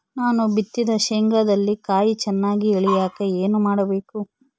ನಾನು ಬಿತ್ತಿದ ಶೇಂಗಾದಲ್ಲಿ ಕಾಯಿ ಚನ್ನಾಗಿ ಇಳಿಯಕ ಏನು ಮಾಡಬೇಕು?